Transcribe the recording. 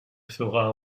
fera